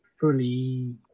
fully